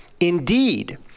Indeed